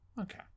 Okay